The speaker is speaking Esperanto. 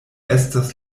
estas